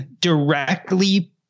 directly